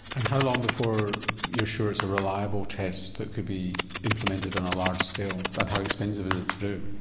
and how long before you're sure it's a reliable test that could be implemented on a large scale and how expensive is it to do?